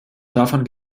davon